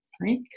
right